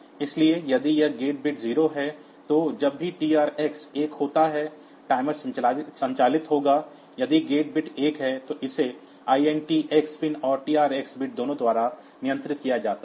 इसलिए यदि यह गेट बिट 0 है तो जब भी TR x एक होता है टाइमर संचालित होगा यदि गेट एक है तो इसे INT x पिन और TR x बिट दोनों द्वारा नियंत्रित किया जाता है